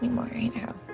right now.